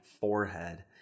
forehead